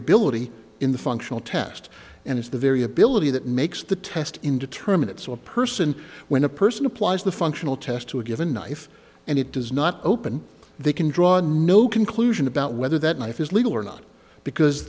variability in the functional test and it's the variability that makes the test indeterminate so a person when a person applies the functional test to a given knife and it does not open they can draw no conclusion about whether that knife is legal or not because